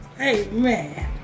Amen